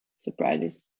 Surprises